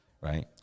right